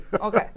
Okay